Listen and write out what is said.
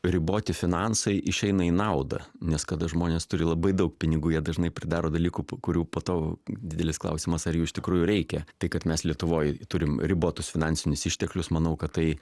riboti finansai išeina į naudą nes kada žmonės turi labai daug pinigų jie dažnai pridaro dalykų kurių po to didelis klausimas ar jų iš tikrųjų reikia tai kad mes lietuvoj turim ribotus finansinius išteklius manau kad tai